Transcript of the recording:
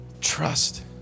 trust